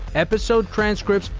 episode transcripts,